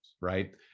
right